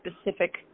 specific